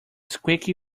squeaky